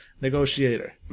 negotiator